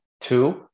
two